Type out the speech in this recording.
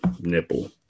nipple